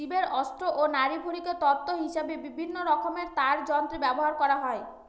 জীবের অন্ত্র ও নাড়িভুঁড়িকে তন্তু হিসেবে বিভিন্নরকমের তারযন্ত্রে ব্যবহার করা হয়